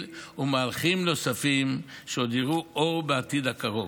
ומהלכים נוספים שעוד יראו אור בעתיד הקרוב.